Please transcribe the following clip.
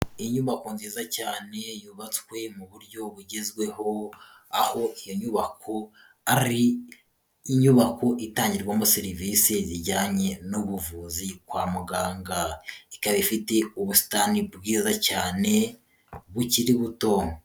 Inyubako nziza cyane yubatswe mu buryo bugezweho aho iyo nyubako ari inyubako itangirwamo serivisi zijyanye n'ubuvuzi kwa muganga ikaba ifite ubusitani bwiza cyane bukiri buto.